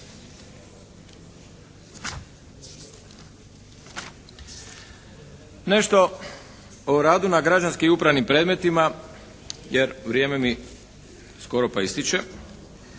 Nešto o radu na građanskim upravnim predmetima jer vrijeme mi skoro pa ističe.